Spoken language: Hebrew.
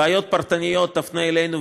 בבעיות פרטניות תפנה אלינו,